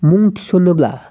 मुं थिसनोब्ला